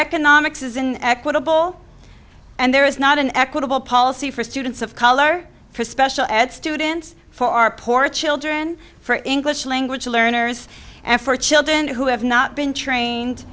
economics is an equitable and there is not an equitable policy for students of color for special ed students for our poor children for english language learners and for children who have not been trained